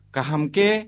Kahamke